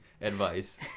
advice